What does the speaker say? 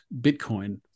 Bitcoin